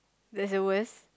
that's the worst